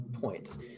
points